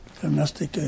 Domestic